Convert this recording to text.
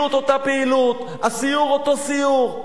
הפעילות אותה פעילות, הסיור אותו סיור.